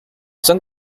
son